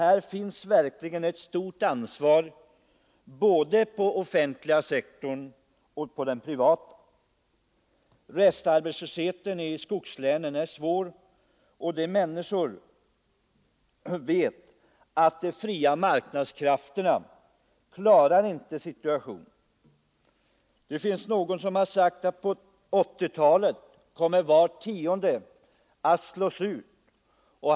Både inom den offentliga sektorn och inom den privata sektorn vilar här ett stort ansvar. Restarbetslösheten i skogslänen är svår, och de människor som berörs av den vet att de fria marknadskrafterna inte klarar situationen. Någon har sagt att på 1980-talet kommer var tionde att slås ut.